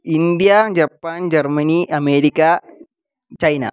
India Japan Germany America China